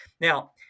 Now